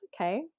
okay